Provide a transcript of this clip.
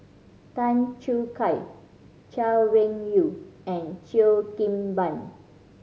Tan Choo Kai Chay Weng Yew and Cheo Kim Ban